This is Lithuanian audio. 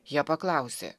jie paklausė